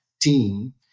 team